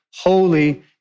holy